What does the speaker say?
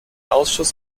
ausschuss